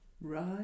Right